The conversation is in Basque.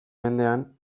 mendean